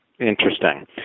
Interesting